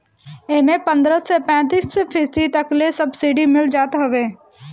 एमे पन्द्रह से पैंतीस फीसदी तक ले सब्सिडी मिल जात हवे